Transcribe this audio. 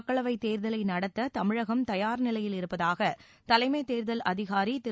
மக்களவைத் தேர்தலை நடத்த தமிழகம் தயார் நிலையில் இருப்பதாக தலைமைத் தேர்தல் அதிகாரி திரு